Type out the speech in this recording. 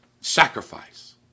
Sacrifice